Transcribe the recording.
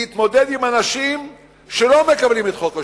להתמודד עם אנשים שלא מקבלים את חוק השבות,